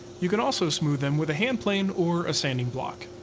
you could also smooth them with a hand plane or a sanding block.